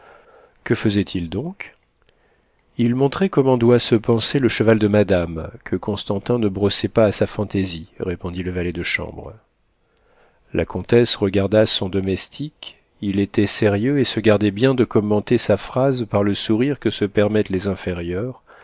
que faisait-il donc il montrait comment doit se panser le cheval de madame que constantin ne brossait pas à sa fantaisie répondit le valet de chambre la comtesse regarda son domestique il était sérieux et se gardait bien de commenter sa phrase par le sourire que se permettent les inférieurs